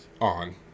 on